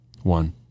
one